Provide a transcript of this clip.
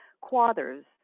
quarters